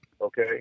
okay